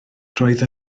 roedd